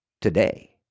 Today